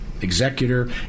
executor